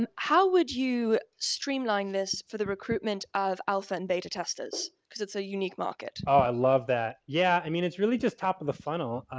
and how would you streamline this for the recruitment of alpha and beta testers because it's a unique market. i love that, yeah. i mean, it's really just top of the funnel.